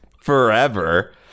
forever